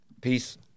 Peace